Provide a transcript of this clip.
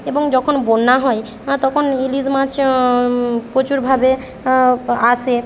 এবং যখন বন্যা হয় তখন ইলিশ মাছ প্রচুরভাবে আ আসে